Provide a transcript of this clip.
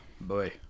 boy